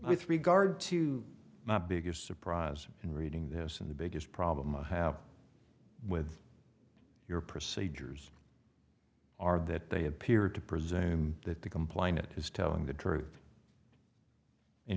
with regard to my biggest surprise in reading this and the biggest problem i have with your procedures are that they appear to presume that the complainant is telling the truth and